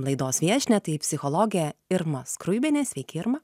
laidos viešnia tai psichologė irma skruibienė sveiki irma